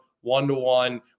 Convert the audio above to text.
one-to-one